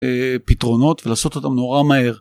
פתרונות ולעשות אותן נורא מהר.